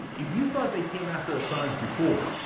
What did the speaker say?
if you thought they came after assange before,